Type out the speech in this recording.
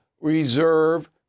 reserve